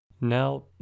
now